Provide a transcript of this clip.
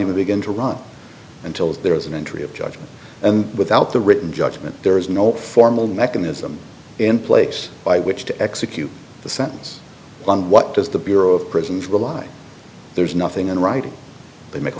even begin to run until there is an entry of judgment and without the written judgment there is no formal mechanism in place by which to execute the sentence on what does the bureau of prisons rely there's nothing in writing to make a